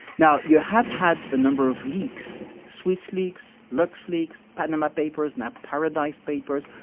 now you have had a number of leaks swiss leaks, luxe leaks, panama papers, now paradise papers.